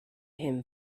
him